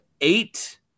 eight